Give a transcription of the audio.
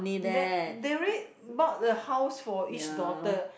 that they already bought a house for each daughter